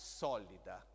solida